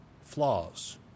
flaws